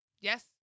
Yes